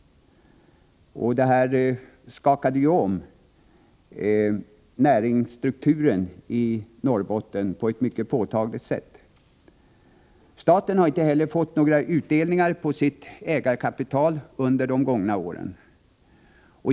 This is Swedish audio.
Detta skakade ju om näringsstrukturen i Norrbotten på ett mycket påtagligt sätt. Staten har inte heller fått några utdelningar på sitt ägarkapital under de gångna åren.